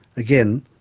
again,